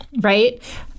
Right